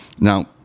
Now